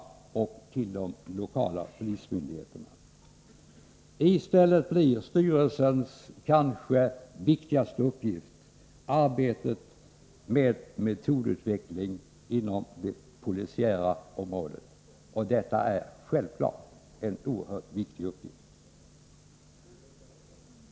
ock”loKala pölismyndigheterna!I stället blir styrelsens Kanske viktigaste uppgift årbetét med metodutveckling på det polisiära området! Självfallet är detta en oerhört viktig uppgift.